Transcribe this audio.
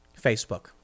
Facebook